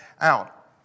out